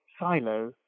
silo